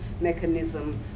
mechanism